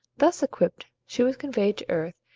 thus equipped, she was conveyed to earth,